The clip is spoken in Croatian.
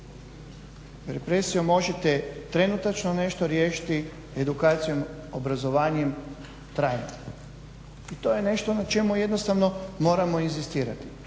Represijom možete trenutačno nešto riješiti, edukacijom, obrazovanjem trajno. I to je nešto na čemu jednostavno moramo inzistirati.